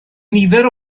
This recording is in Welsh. nifer